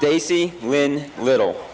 stacy when little